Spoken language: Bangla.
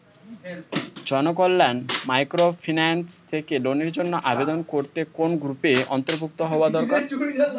জনকল্যাণ মাইক্রোফিন্যান্স থেকে লোনের জন্য আবেদন করতে কোন গ্রুপের অন্তর্ভুক্ত হওয়া দরকার?